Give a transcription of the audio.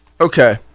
Okay